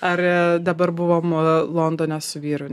ar dabar buvom londone su vyru